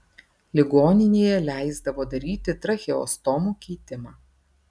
ligoninėje leisdavo daryti tracheostomų keitimą